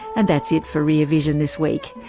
and that's it for rear vision this week.